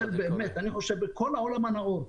בכל העולם הנאור,